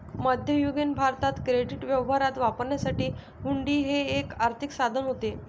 मध्ययुगीन भारतात क्रेडिट व्यवहारात वापरण्यासाठी हुंडी हे एक आर्थिक साधन होते